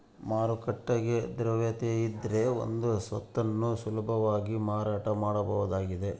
ಮಾರುಕಟ್ಟೆ ದ್ರವ್ಯತೆಯಿದ್ರೆ ಒಂದು ಸ್ವತ್ತನ್ನು ಸುಲಭವಾಗಿ ಮಾರಾಟ ಮಾಡಬಹುದಾಗಿದ